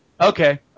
okay